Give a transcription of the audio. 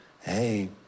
hey